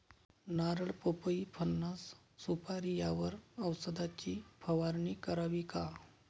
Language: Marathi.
नारळ, पपई, फणस, सुपारी यावर औषधाची फवारणी करावी का?